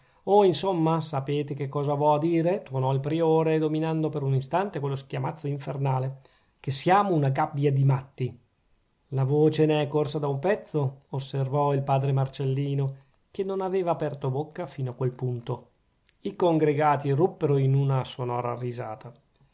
oh insomma sapete che cosa v'ho a dire tuonò il priore dominando per un istante quello schiamazzo infernale che siamo una gabbia di matti la voce ne è corsa da un pezzo osservò il padre marcellino che non aveva aperto bocca fino a quel punto i congregati ruppero in una sonora risata